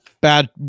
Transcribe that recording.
bad